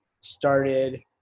started